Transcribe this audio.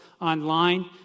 online